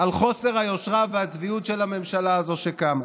על חוסר היושרה והצביעות של הממשלה הזאת שקמה.